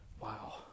Wow